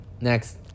Next